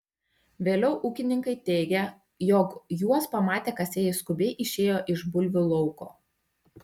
vėliau ūkininkai teigė jog juos pamatę kasėjai skubiai išėjo iš bulvių lauko